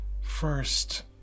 first